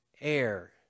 air